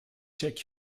check